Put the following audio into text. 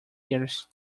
years